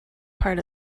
part